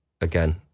again